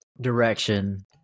direction